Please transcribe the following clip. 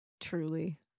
truly